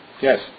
Yes